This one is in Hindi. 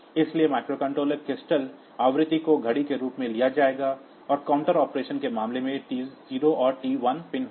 इसलिए माइक्रोकंट्रोलर क्रिस्टल आवृत्ति को घड़ी के रूप में लिया जाएगा और काउंटर ऑपरेशन के मामले में यह T0 और T1 पिन होगा